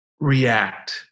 react